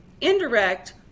Indirect